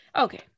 Okay